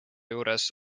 juures